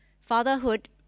Fatherhood